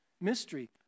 mystery